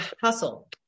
hustle